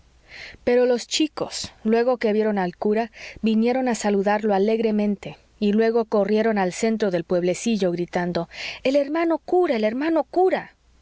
pero los chicos luego que vieron al cura vinieron a saludarlo alegremente y luego corrieron al centro del pueblecillo gritando el hermano cura el hermano cura